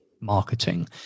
marketing